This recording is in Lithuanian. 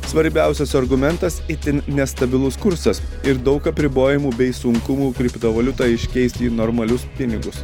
svarbiausias argumentas itin nestabilus kursas ir daug apribojimų bei sunkumų kriptovaliutą iškeist į normalius pinigus